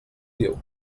diu